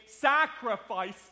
sacrifice